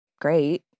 great